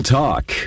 talk